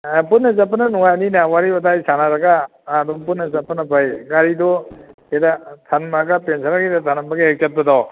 ꯑ ꯄꯨꯟꯅ ꯆꯠꯄꯅ ꯅꯨꯡꯉꯥꯏꯅꯤꯅꯦ ꯋꯥꯔꯤ ꯋꯥꯇꯥꯏ ꯁꯥꯟꯅꯔꯒ ꯑꯗꯨꯝ ꯄꯨꯟꯅ ꯆꯠꯄꯅ ꯐꯩ ꯒꯥꯔꯤꯗꯣ ꯁꯤꯗ ꯊꯝꯃꯒ ꯄ꯭ꯔꯦꯝꯁꯟꯍꯣꯏꯒꯤꯗ ꯊꯅꯝꯃꯒ ꯍꯦꯛ ꯆꯠꯄꯗꯣ